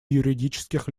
юридических